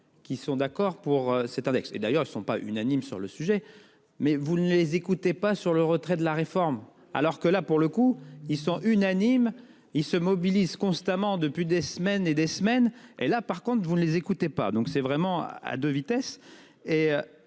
qui sont d'accord pour cet index et d'ailleurs ils ne sont pas unanimes sur le sujet mais vous ne les écoutez pas sur le retrait de la réforme. Alors que là pour le coup, ils sont unanimes, ils se mobilisent constamment depuis des semaines et des semaines et là par contre vous ne les écoutez pas donc c'est vraiment à deux vitesses